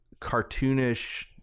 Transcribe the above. cartoonish